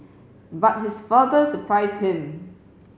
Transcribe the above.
but his father surprised him